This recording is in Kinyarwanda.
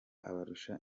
abarusha